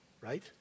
Right